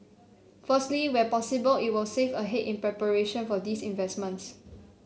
firstly where possible it will save ahead in preparation for these investments